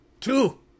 Two